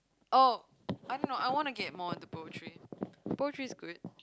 oh I don't know I wana get more into poetry poetry is good